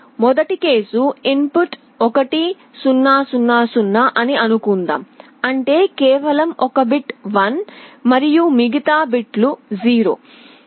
మొదటి కేసు input 0 0 0 అని అనుకుందాం అంటే కేవలం ఒక బిట్ 1 మరియు మిగతా బిట్స్ 0